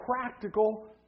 practical